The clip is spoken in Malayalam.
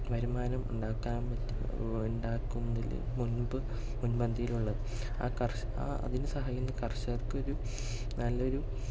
വരുമാനം ഉണ്ടാക്കാൻ ഉണ്ടാക്കുന്നതിൽ മുൻപ് മുൻപന്തിയിലുള്ളത് ആ ആ അതിനു സഹായിക്കുന്ന കർഷകർക്കൊരു നല്ലൊരു